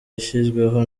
yashyizweho